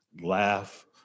laugh